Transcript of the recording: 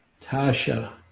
Tasha